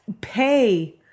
pay